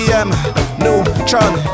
Neutron